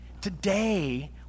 Today